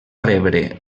rebre